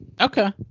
Okay